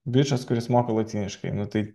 bičas kuris moka lotyniškai nu tai